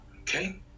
okay